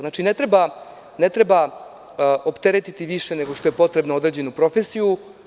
Znači, ne treba opteretiti više nego što je potrebno određenu profesiju.